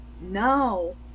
no